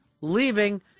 leaving